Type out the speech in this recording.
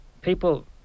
people